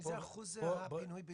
איזה אחוז זה היה פינוי-בינוי?